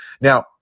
Now